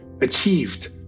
achieved